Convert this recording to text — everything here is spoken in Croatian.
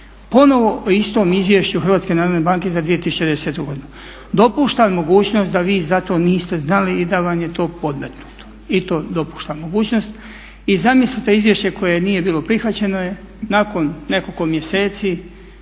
ponovo o istom izvješću HNB-a za 2010.godinu. Dopuštam mogućnost da vi za to niste znali i dam je to podmetnuto i tu dopuštam mogućnost. I zamislite izvješće koje nije bilo prihvaćeno je. nakon nekoliko mjeseci